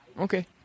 Okay